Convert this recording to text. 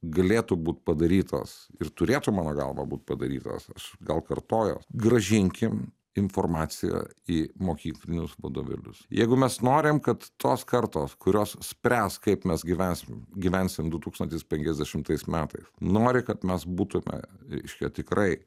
galėtų būt padarytas ir turėtų mano galva būtų padarytos aš gal kartojuos grąžinkim informaciją į mokyklinius vadovėlius jeigu mes norim kad tos kartos kurios spręs kaip mes gyvensim gyvensim du tūkstantis penkiasdešimtais metais nori kad mes būtume reiškia tikrai